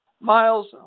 Miles